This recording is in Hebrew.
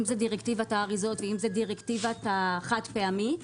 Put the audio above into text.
אם זה דירקטיבת האריזות או דירקטיבת החד פעמי,